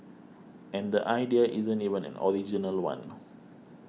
and the idea isn't even an original one